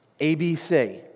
ABC